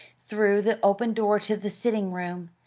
through the open door to the sitting-room,